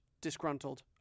disgruntled